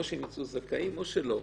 ואו שהם ייצאו זכאים או שלא.